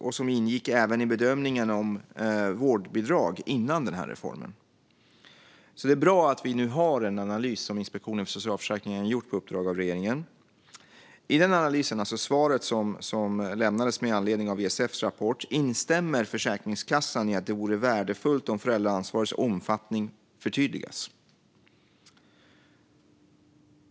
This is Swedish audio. De ingick även i bedömningen om vårdbidrag, före den här reformen. Det är bra att vi nu har en analys som Inspektionen för socialförsäkringen har gjort på uppdrag av regeringen. I svaret som lämnades med anledning av ISF:s rapport instämmer Försäkringskassan i att det är av "stort värde om föräldraansvarets omfattning skulle kunna förtydligas".